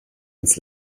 ins